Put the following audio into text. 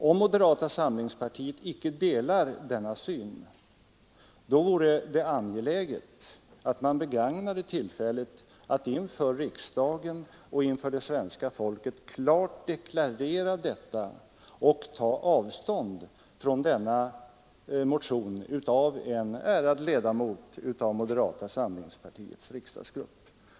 Om moderata samlingspartiet inte delar denna syn, så vore det angeläget att man begagnade tillfället att inför riksdagen och svenska folket klart deklarera detta och ta avstånd från den motion det här gäller av en ärad ledamot av moderata samlingspartiets riksdagsgrupp.